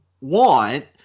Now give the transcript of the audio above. want